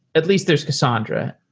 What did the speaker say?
at least there's cassandra.